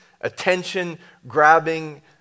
attention-grabbing